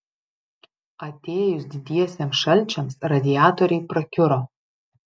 atėjus didiesiems šalčiams radiatoriai prakiuro